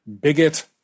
bigot